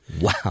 Wow